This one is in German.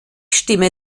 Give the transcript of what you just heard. stimme